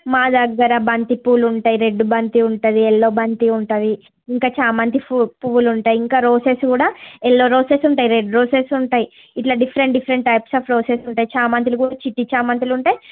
మాదగ్గర బంతి పూలు ఉంటాయి రెడ్ బంతి ఉంటుంది ఎల్లో బంతి ఉంటుంది ఇంకా చామంతి పూలు పువ్వులు ఉంటాయి ఇంకా రోసెస్ కూడా ఎల్లో రోసస్ ఉంటాయి రెడ్ రోసస్ ఉంటాయి ఇలా different different types of roses ఉంటాయి చామంతులు కూడా చిట్టి చామంతులు ఉంటాయి